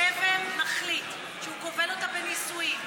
כשגבר מחליט שהוא כובל אותה בנישואים שנה,